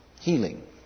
healing